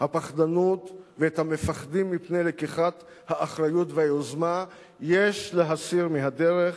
את הפחדנות ואת המפחדים מפני לקיחת האחריות והיוזמה יש להסיר מהדרך,